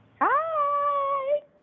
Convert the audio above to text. Hi